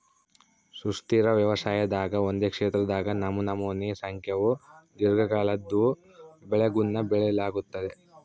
ಸುಸ್ಥಿರ ವ್ಯವಸಾಯದಾಗ ಒಂದೇ ಕ್ಷೇತ್ರದಾಗ ನಮನಮೋನಿ ಸಂಖ್ಯೇವು ದೀರ್ಘಕಾಲದ್ವು ಬೆಳೆಗುಳ್ನ ಬೆಳಿಲಾಗ್ತತೆ